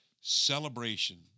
Celebration